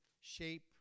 shape